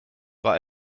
bei